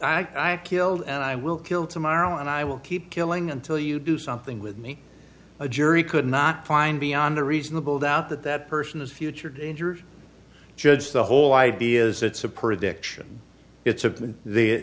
i killed and i will kill tomorrow and i will keep killing until you do something with me a jury could not find beyond a reasonable doubt that that person is future danger judge the whole idea is it's a perfect it's